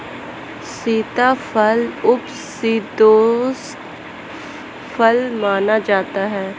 सीताफल उपशीतोष्ण फल माना जाता है